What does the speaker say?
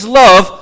love